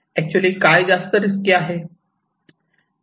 actually काय जास्त risky आहे